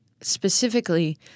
specifically